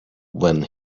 when